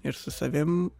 ir su savim